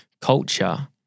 Culture